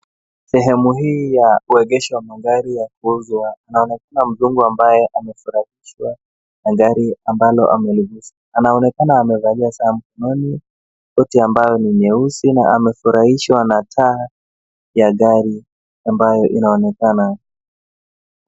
Sehemu hii ya kuegesha magari ya kuuzwa inaonekana mzungu ambaye amefurahishwa na gari ambalo ameligusa. Anaonekana amevalia suti ambayo ni nyeusi na amefurahishwa na taa ya gari ambayo inaonekana.